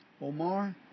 Omar